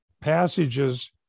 passages